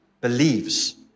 believes